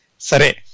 Sare